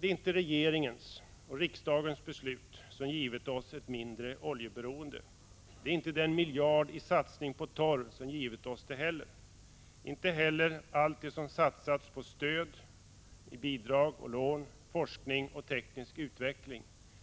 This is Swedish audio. Det är inte regeringens och riksdagens beslut som givit oss ett mindre oljeberoende. Det är inte heller den miljard i satsning på torv som givit oss det eller allt det som satsats på stöd, i form av bidrag och lån, Prot. 1985/86:124 forskning och teknisk utveckling.